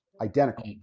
identical